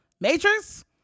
Matrix